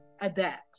adapt